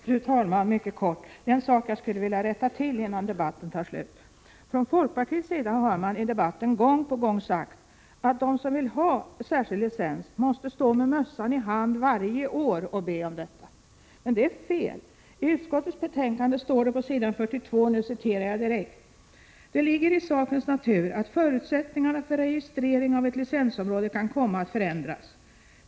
Fru talman! Det är en sak jag skulle vilja rätta till innan debatten tar slut. Från folkpartiets sida har man gång på gång sagt att de som vill ha särskild licens måste stå med mössan i hand varje år och be om detta, men det är fel. I utskottets betänkande står det på s. 42: ”Det ligger i sakens natur att förutsättningarna för registrering av ett licensområde kan komma att förändras.